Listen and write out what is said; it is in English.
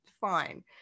fine